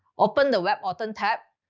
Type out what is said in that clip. open the webauthn tab,